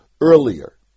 earlier